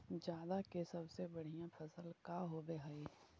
जादा के सबसे बढ़िया फसल का होवे हई?